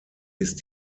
ist